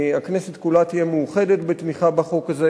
שהכנסת כולה תהיה מאוחדת בתמיכה בחוק הזה,